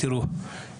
תראו,